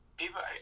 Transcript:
people